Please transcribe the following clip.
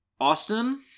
austin